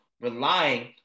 relying